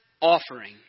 offering